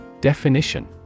Definition